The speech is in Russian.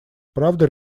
правда